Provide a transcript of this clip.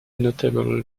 notable